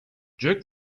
jerk